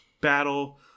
battle